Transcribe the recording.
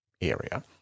area